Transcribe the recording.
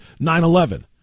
9-11